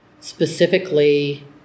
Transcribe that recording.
specifically